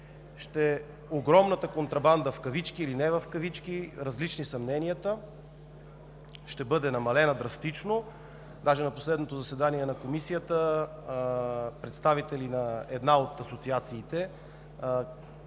огромната контрабанда – в кавички или не, различни са мненията – ще бъде намалена драстично. Даже на последното заседание на Комисията представители на една от асоциациите